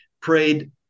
prayed